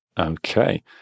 Okay